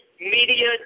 media